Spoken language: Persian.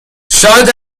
شاد